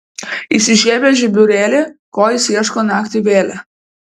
įsižiebęs žiburėlį ko jis ieško naktį vėlią